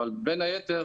אלא גם בין היתר,